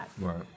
right